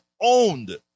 owned